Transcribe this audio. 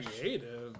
creative